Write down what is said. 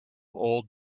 old